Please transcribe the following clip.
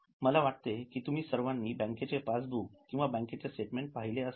मला वाटते तुम्ही सर्वानी बँकेचे पासबुक किंवा बॅंक स्टेटमेंट पाहिले असेल